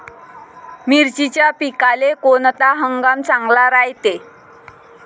मिर्चीच्या पिकाले कोनता हंगाम चांगला रायते?